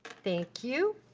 thank you.